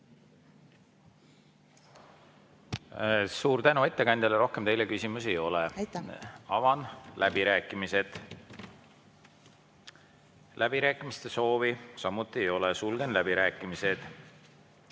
Suur tänu ettekandjale! Rohkem teile küsimusi ei ole. Avan läbirääkimised. Läbirääkimiste soovi samuti ei ole, sulgen läbirääkimised.